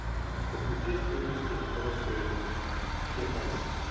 if you're just interested in illustrating difference,